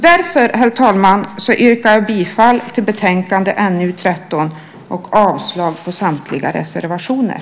Därför, herr talman, yrkar jag bifall till förslaget i betänkande NU13 och avslag på samtliga reservationer.